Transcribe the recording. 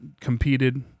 competed